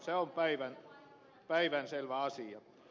se on päivänselvä asia